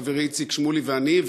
חברי איציק שמולי ואני,